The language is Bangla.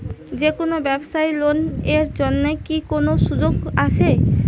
যে কোনো ব্যবসায়ী লোন এর জন্যে কি কোনো সুযোগ আসে?